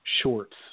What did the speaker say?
shorts